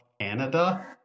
canada